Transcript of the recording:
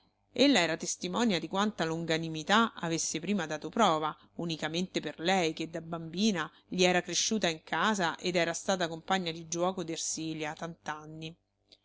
panificio ella era testimonia di quanta longanimità avesse prima dato prova unicamente per lei che da bambina gli era cresciuta in casa ed era stata compagna di giuoco